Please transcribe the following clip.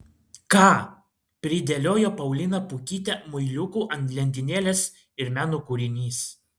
ką pridėliojo paulina pukytė muiliukų ant lentynėlės ir meno kūrinys